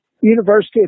University